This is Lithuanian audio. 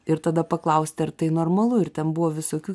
ir tada paklausti ar tai normalu ir ten buvo visokių